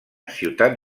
ciutat